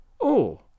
Oh